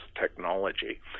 technology